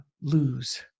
lose